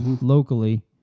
Locally